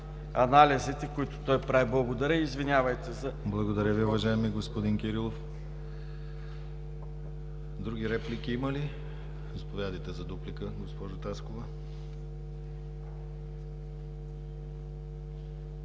анализите, които той прави. Благодаря. ПРЕДСЕДАТЕЛ ДИМИТЪР ГЛАВЧЕВ: Благодаря Ви, уважаеми господин Кирилов. Други реплики има ли? Заповядайте за дуплика, госпожо Таскова.